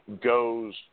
goes